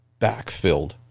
backfilled